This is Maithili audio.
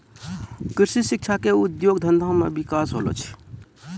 कृषि शिक्षा से उद्योग धंधा मे बिकास होलो छै